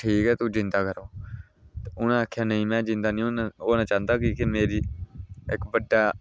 ठीक ऐ तुगी जींदा करोङ ते उ'नें आखेआ नेईं में जींदा निं होना चाहंदा की के मेरी इक बड्डा